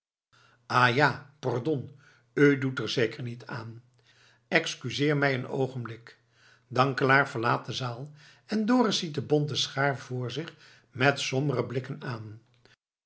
ah ja pardon u doet er zeker niet aan excuseer mij een oogenblik dankelaar verlaat de zaal en dorus ziet de bonte schaar voor zich met sombere blikken aan